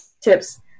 tips